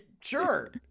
Sure